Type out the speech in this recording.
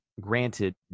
granted